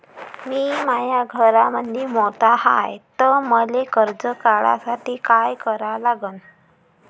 मी माया घरामंदी मोठा हाय त मले कर्ज काढासाठी काय करा लागन?